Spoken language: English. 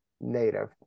native